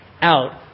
out